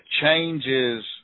changes